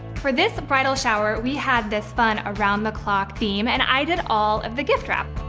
for this bridal shower, we have this fun around the clock theme, and i did all of the gift wrap.